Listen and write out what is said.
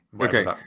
Okay